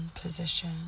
position